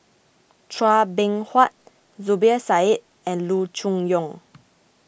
Chua Beng Huat Zubir Said and Loo Choon Yong